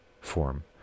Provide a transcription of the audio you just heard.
form